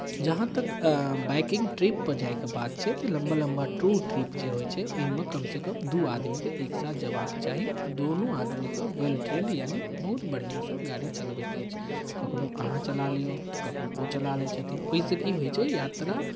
जहाँ तक बाइकिंग ट्रिपपर जायके बात छै तऽ लम्बा लम्बा टूर ट्रिप जे होइ छै ओहिमे कमसँ कम दू आदमीकेँ एक साथ जेबाक चाही दुनू आदमीकेँ वेल ट्रेंड यानि बहुत बढ़िआँसँ गाड़ी चलबैत अछि कखनहु अहाँ चला लिअ तऽ कखनहु ओ चला लै छथिन ओहिसँ की होइ छै यात्रा